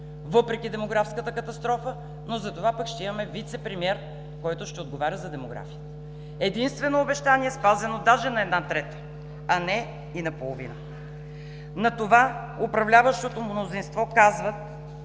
въпреки демографската катастрофа, но затова пък ще имаме вицепремиер, който ще отговаря за демографията. Единствено обещание, спазено даже на една трета, а не и наполовина. На това управляващото мнозинство казват: